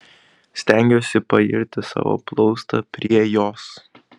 stengiuosi pairti savo plaustą prie jos